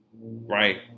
right